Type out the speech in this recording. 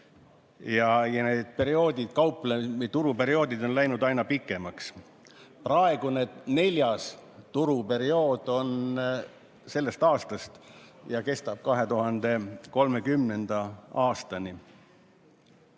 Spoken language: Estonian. Need turuperioodid on läinud aina pikemaks. Praegune, neljas turuperiood kestab sellest aastast 2030. aastani.